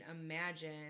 imagine